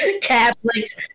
catholics